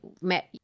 met